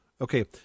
Okay